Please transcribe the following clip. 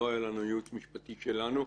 לא היה לנו ייעוץ משפטי שלנו,